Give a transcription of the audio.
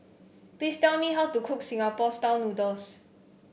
please tell me how to cook Singapore style noodles